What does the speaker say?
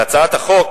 בהצעת החוק